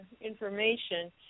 information